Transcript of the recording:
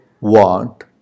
want